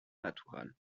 natural